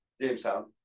Jamestown